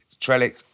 Trellick